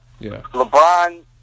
LeBron